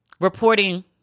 reporting